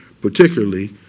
particularly